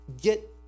get